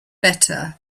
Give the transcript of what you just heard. better